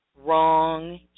wrong